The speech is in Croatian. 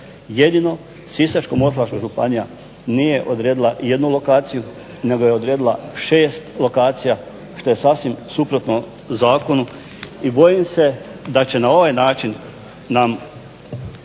Jedino Sisačko-moslavačka županija nije odredila jednu lokaciju nego je odredila 6 lokacija što je sasvim suprotno zakonu i bojim se da će na ovaj način nam